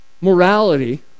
morality